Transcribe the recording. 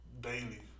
daily